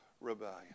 rebellion